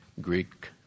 Greek